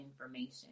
information